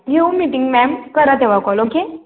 घेऊ meeting ma'am करा तेव्हा कॉल ओके